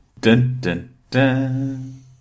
Dun-dun-dun